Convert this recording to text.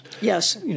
Yes